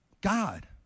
God